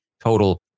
total